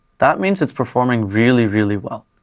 that means it's performing really, really well.